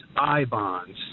I-bonds